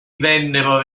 vennero